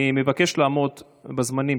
אני מבקש לעמוד בזמנים.